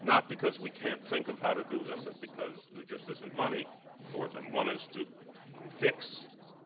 not because we can't think of how to do them, but because there just isn't money for them. one is to